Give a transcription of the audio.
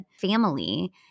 family